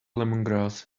lemongrass